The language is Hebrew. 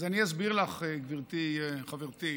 אז אני אסביר לך, גברתי, חברתי: